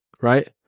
right